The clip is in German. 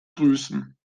grüßen